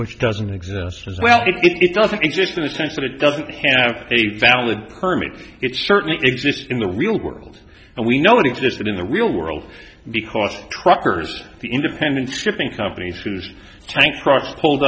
which doesn't exist as well it doesn't exist in the sense that it doesn't have a valid permit it certainly exists in the real world and we know it existed in the real world because truckers the independent shipping companies whose tank trucks pulled